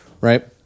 right